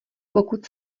pokud